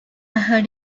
heard